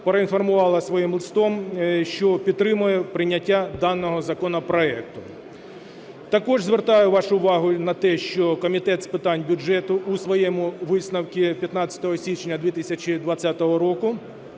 проінформувала своїм листом, що підтримує прийняття даного законопроекту. Також звертаю вашу увагу на те, що Комітет з питань бюджету у своєму висновку 15 січня 2020 року